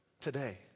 today